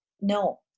no